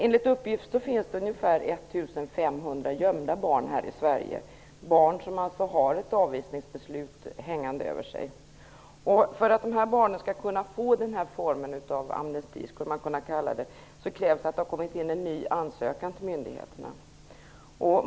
Enligt uppgift finns det ungefär 1 500 gömda barn här i Sverige - barn som har ett avvisningsbeslut hängande över sig. För att dessa barn skall kunna få denna form av amnesti, som man skulle kunna kalla det, krävs att det har kommit in en ny ansökan till myndigheterna.